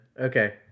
Okay